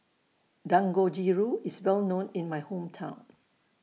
Dangojiru IS Well known in My Hometown